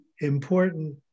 important